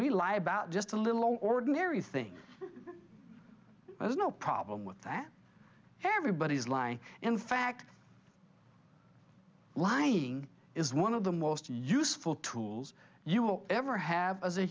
we lie about just a little ordinary thing there's no problem with that everybody's lie in fact lying is one of the most useful tools you will ever have as a